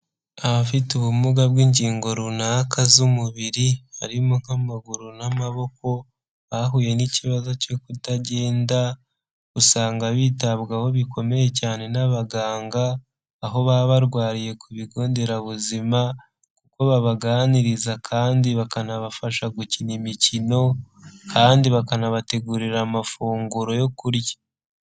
Abafite ubumuga bw'ingingo runaka z'umubiri, harimo nk'amaguru n'amaboko bahuye n'ikibazo cyo kutagenda usanga bitabwaho bikomeye cyane n'abaganga aho baba barwariye ku bigo nderabuzima, kuko babaganiriza kandi bakanabafasha gukina imikino kandi bakanabategurira amafunguro yo kurya.